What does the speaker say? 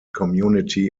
community